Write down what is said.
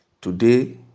today